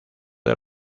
del